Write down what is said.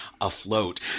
afloat